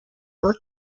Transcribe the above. were